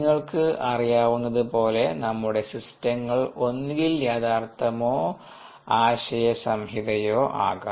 നിങ്ങൾക്ക് അറിയാവുന്നതുപോലെ നമ്മുടെ സിസ്റ്റങ്ങൾ ഒന്നുകിൽ യഥാർത്ഥമോ ആശയസംഹിതയോ ആകാം